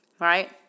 right